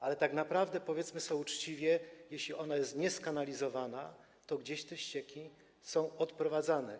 Ale tak naprawdę, powiedzmy sobie uczciwie, jeśli jest nieskanalizowana, to gdzieś te ścieki są odprowadzane.